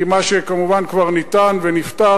כי כמובן מה שכבר ניתן ונפתר,